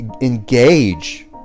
engage